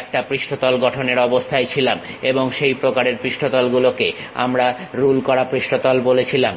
একটা পৃষ্ঠতল গঠনের অবস্থায় ছিলাম এবং সেই প্রকারের পৃষ্ঠতল গুলোকে আমরা রুল করা পৃষ্ঠতল বলেছিলাম